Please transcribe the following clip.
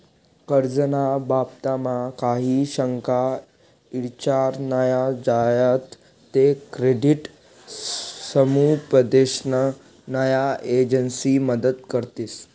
कर्ज ना बाबतमा काही शंका ईचार न्या झायात ते क्रेडिट समुपदेशन न्या एजंसी मदत करतीस